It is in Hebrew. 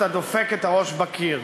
אתה דופק את הראש בקיר.